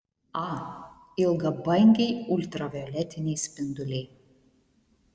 a ilgabangiai ultravioletiniai spinduliai